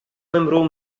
lembrou